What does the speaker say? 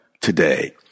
today